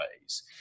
ways